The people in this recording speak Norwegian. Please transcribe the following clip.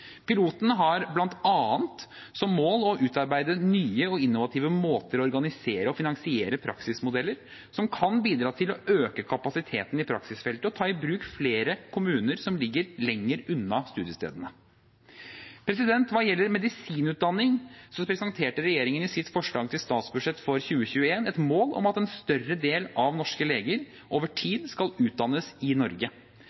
Pilotene har bl.a. som mål å utarbeide nye og innovative måter å organisere og finansiere praksismodeller på som kan bidra til å øke kapasiteten i praksisfeltet og ta i bruk kommuner som ligger lenger unna studiestedene. Hva gjelder medisinutdanning, presenterte regjeringen i sitt forslag til statsbudsjett for 2021 et mål om at en større andel norske leger over